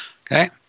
okay